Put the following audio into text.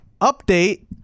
update